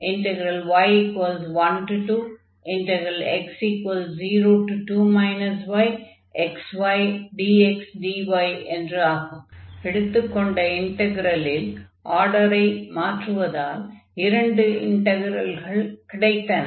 y01x0yxydxdyy12x02 yxydxdy எடுத்துக் கொண்ட இன்டக்ரலில் ஆர்டரை மாற்றுவதால் இரண்டு இன்டக்ரல்கள் கிடைத்தன